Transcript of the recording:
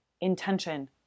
intention